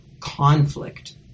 conflict